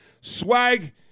Swag